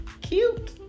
cute